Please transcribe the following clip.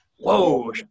Whoa